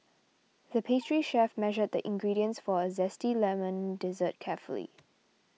the pastry chef measured the ingredients for a Zesty Lemon Dessert carefully